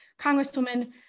Congresswoman